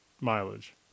mileage